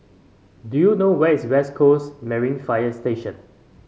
do you know where is West Coast Marine Fire Station